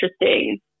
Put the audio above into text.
interesting